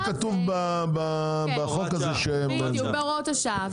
מה שכתוב בהוראות השעה.